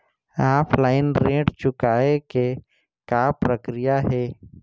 Offline ऋण चुकोय के का प्रक्रिया हे?